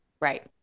Right